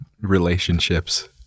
relationships